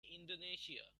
indonesia